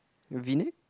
V neck